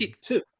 two